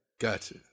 Gotcha